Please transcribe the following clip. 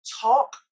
talk